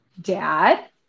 Dad